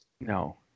No